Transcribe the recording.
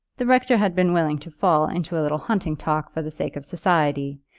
the rector had been willing to fall into a little hunting talk for the sake of society,